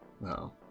No